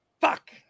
Fuck